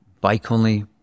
bike-only